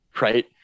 right